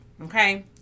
okay